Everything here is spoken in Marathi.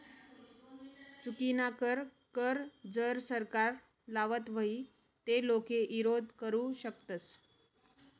चुकीनाकर कर जर सरकार लावत व्हई ते लोके ईरोध करु शकतस